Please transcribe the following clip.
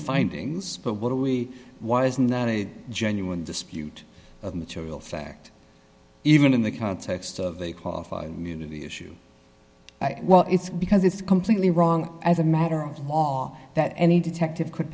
findings but what are we why is not a genuine dispute of material fact even in the context of a qualified immunity issue well it's because it's completely wrong as a matter of law that any detective could